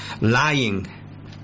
Lying